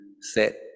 set